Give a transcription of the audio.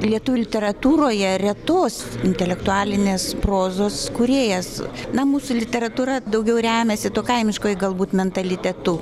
lietuvių literatūroje retos intelektualinės prozos kūrėjas na mūsų literatūra daugiau remiasi to kaimiškuoju galbūt mentalitetu